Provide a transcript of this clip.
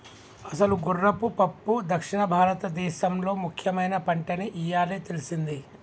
అసలు గుర్రపు పప్పు దక్షిణ భారతదేసంలో ముఖ్యమైన పంటని ఇయ్యాలే తెల్సింది